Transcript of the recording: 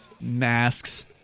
Masks